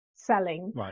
selling